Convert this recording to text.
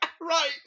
Right